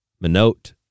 Minot